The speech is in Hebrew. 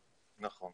כדי